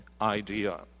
idea